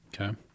Okay